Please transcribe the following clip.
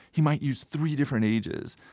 he might use three different ages.